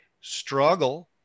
struggle